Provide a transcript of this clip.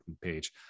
page